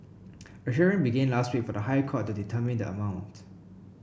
a hearing began last week for the High Court to determine the amount